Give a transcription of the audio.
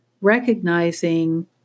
recognizing